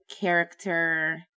character